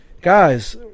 Guys